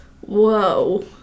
whoa